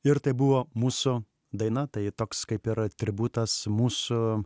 ir tai buvo mūsų daina tai toks kaip ir atributas mūsų